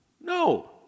No